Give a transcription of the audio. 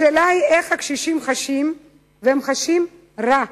השאלה היא איך הקשישים חשים, והם חשים ברע.